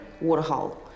waterhole